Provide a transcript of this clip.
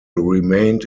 remained